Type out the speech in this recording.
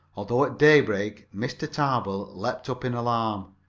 although at daybreak mr. tarbill leaped up in alarm.